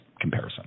comparison